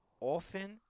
often